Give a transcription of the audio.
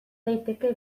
daiteke